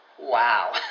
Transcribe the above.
wow